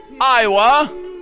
Iowa